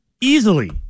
Easily